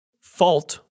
Fault